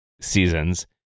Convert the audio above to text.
seasons